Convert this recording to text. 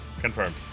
Confirmed